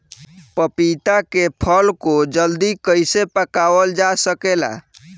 पपिता के फल को जल्दी कइसे पकावल जा सकेला?